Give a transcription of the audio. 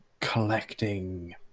collecting